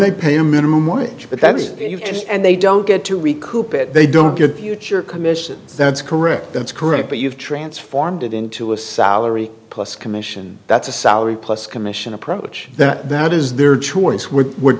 they pay a minimum wage but that's just and they don't get to recoup it they don't get the future commission that's correct that's correct but you've transformed it into a salary plus commission that's a salary plus commission approach that that is their choice w